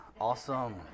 awesome